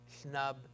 snub